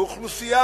מדובר